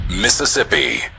Mississippi